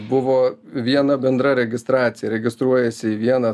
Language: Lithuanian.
buvo viena bendra registracija registruojiesi į vieną